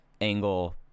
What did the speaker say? angle